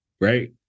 right